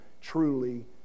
truly